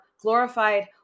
glorified